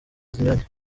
zinyuranye